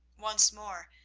once more,